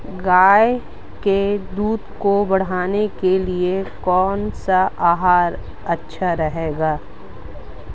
गाय के दूध को बढ़ाने के लिए कौनसा आहार सबसे अच्छा है?